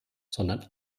sondern